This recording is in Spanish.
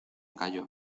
callo